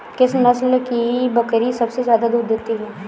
किस नस्ल की बकरी सबसे ज्यादा दूध देती है?